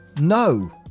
No